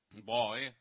boy